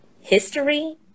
history